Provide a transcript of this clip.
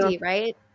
right